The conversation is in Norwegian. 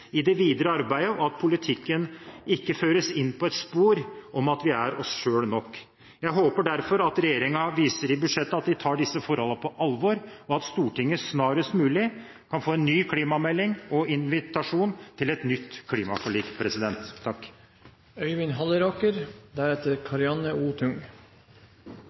i det videre arbeidet, og at politikken ikke føres inn på et spor hvor vi er oss selv nok. Jeg håper derfor at regjeringen i budsjettet viser at den tar disse forholdene på alvor, og at Stortinget snarest mulig kan få en ny klimamelding og invitasjon til et nytt klimaforlik.